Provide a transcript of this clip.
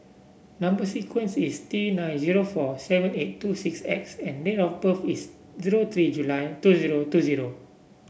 number sequence is T nine zero four seven eight two six X and date of birth is zero three July two zero two zero